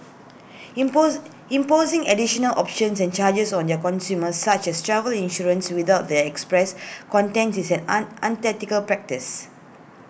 impose imposing additional options and charges on their consumers such as travel insurance without their express content is an unethical practice